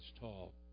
tall